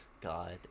god